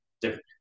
different